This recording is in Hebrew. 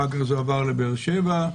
אחר כך זה עבר לבאר שבע.